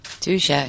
Touche